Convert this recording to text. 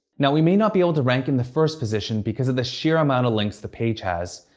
now, we may not be able to rank in the first position because of the sheer amount of links the page has,